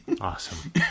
Awesome